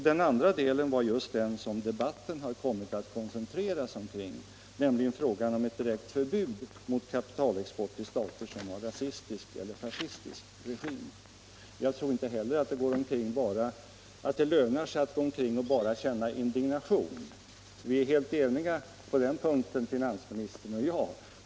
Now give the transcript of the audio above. Den andra delen var just den som debatten har kommit att koncentreras omkring, nämligen frågan om ett direkt förbud mot kapitalexport till stater som har rasistisk eller fascistisk regim. Jag tror inte heller att det lönar sig att gå omkring och bara känna indignation — finansministern och jag är helt eniga på den punkten.